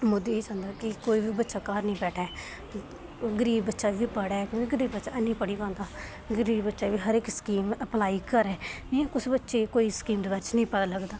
मोदी एह् चाह् दा कि कोई बी बच्चा घर निं बैठै गरीब बच्चा बी पढ़ै क्योंकि गरीबी च हैन्नी पढ़ी पांदा क्योंकि गरीब बच्चा बी अपलाई करै किश बच्चे कोई स्कीम दे बारे च नेईं पता लगदा